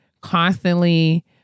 constantly